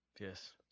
Yes